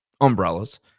umbrellas